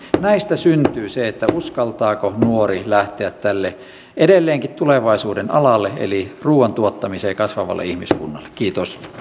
näistä syntyy se uskaltaako nuori lähteä tälle edelleenkin tulevaisuuden alalle eli ruuan tuottamiseen kasvavalle ihmiskunnalle kiitos